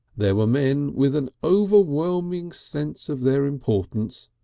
there were men with an overweening sense of their importance,